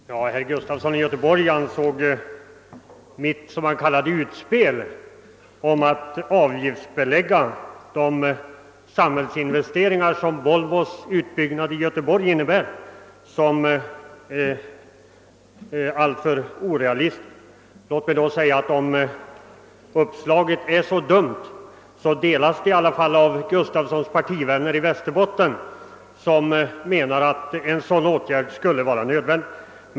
Herr talman! Herr Gustafson i Göteborg ansåg mitt, som han kallade det, utspel om att avgiftsbelägga de samhällsinvesteringar som Volvos utbygg nad i Göteborg för med sig som alltför orealistiskt. Låt mig då säga att om uppslaget är dumt, så delas det dock av herr Gustafsons partivänner i Västerbotten, vilka menar att en sådan åtgärd är nödvändig.